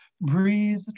breathe